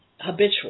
habitual